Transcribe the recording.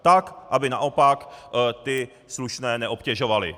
Tak, aby naopak slušné neobtěžovali.